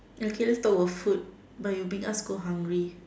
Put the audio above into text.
okay let's talk about food but you'll bring us go hungry